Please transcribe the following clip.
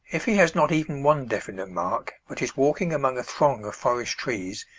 if he has not even one definite mark, but is walking among a throng of forest trees,